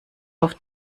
auf